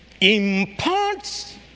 Imparts